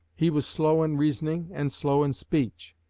he was slow in reasoning and slow in speech.